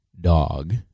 dog